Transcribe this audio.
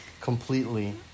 Completely